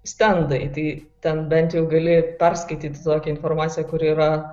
stendai tai ten bent jau gali perskaityt sakė informaciją kuri yra